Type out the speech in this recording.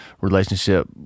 relationship